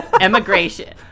Emigration